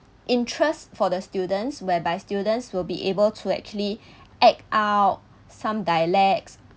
interest for the students whereby students will be able to actually act out some dialects